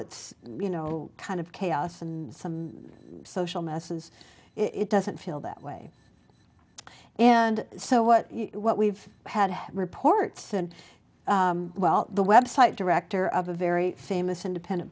its you know kind of chaos and some social messes it doesn't feel that way and so what what we've had reports and well the website director of a very famous independent